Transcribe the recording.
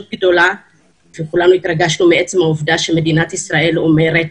גדולה וכולנו התרגשנו מעצם העובדה שמדינת ישראל אומרת